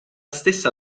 stessa